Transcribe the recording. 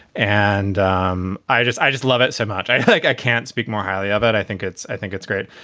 and um i just i just love it so much. i like i can't speak more highly of it. i think it's i think it's great.